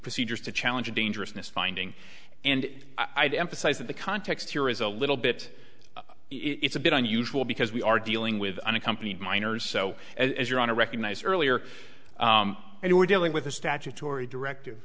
procedures to challenge dangerousness finding and i'd emphasize that the context here is a little bit it's a bit unusual because we are dealing with unaccompanied minors so as you're on a recognized earlier and you were dealing with a statutory directive